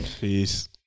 Peace